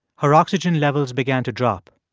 her oxygen levels began to drop.